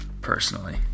personally